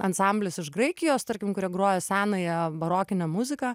ansamblis iš graikijos tarkim kurie groja senąją barokinę muziką